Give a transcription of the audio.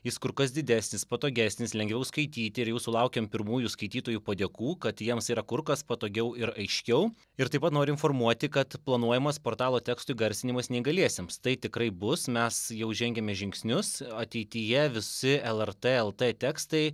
jis kur kas didesnis patogesnis lengviau skaityti ir jau sulaukėm pirmųjų skaitytojų padėkų kad jiems yra kur kas patogiau ir aiškiau ir taip pat noriu informuoti kad planuojamas portalo tekstų įgarsinimas neįgaliesiems tai tikrai bus mes jau žengiame žingsnius ateityje visi lrt lt tekstai